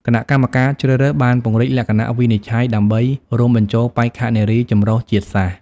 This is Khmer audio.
គណៈកម្មការជ្រើសរើសបានពង្រីកលក្ខណៈវិនិច្ឆ័យដើម្បីរួមបញ្ចូលបេក្ខនារីចម្រុះជាតិសាសន៍។